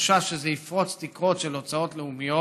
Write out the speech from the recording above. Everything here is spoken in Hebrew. מחשש שזה יפרוץ תקרות של הוצאות לאומיות,